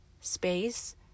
space